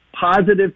positive